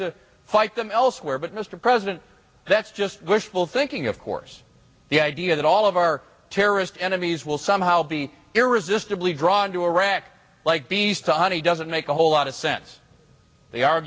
to fight them elsewhere but mr president that's just wishful thinking of course the idea that all of our terrorist enemies will somehow be irresistibly drawn to irak like bees to honey doesn't make a whole lot of sense they ar